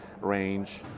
range